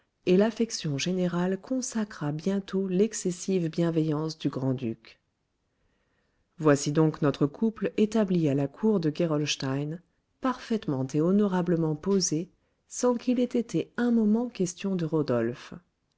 et l'affection générale consacra bientôt l'excessive bienveillance du grand-duc voici donc notre couple établi à la cour de gerolstein parfaitement et honorablement posé sans qu'il ait été un moment question de rodolphe